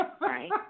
right